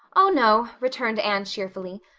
oh, no, returned anne cheerfully.